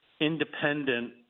independent